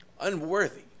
unworthy